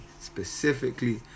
specifically